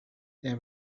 there